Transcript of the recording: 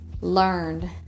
learned